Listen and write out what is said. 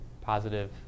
positive